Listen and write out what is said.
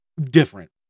different